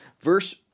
verse